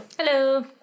Hello